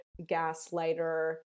gaslighter